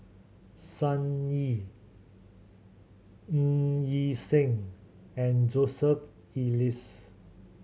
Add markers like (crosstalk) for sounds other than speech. Sun Yee Ng Yi Sheng and Joseph (unintelligible)